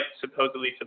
supposedly